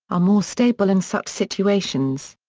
are more stable in such situations.